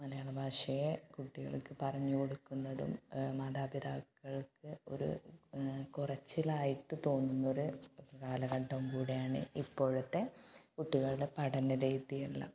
മലയാളഭാഷയെ കുട്ടികൾക്ക് പറഞ്ഞ് കൊടുക്കുന്നതും മാതാപിതാക്കൾക്ക് ഒര് കുറച്ചിലായിട്ട് തോന്നുന്ന ഒരു കാലഘട്ടം കൂടെയാണ് ഇപ്പോഴത്തെ കുട്ടികളുടെ പഠന രീതിയെല്ലാം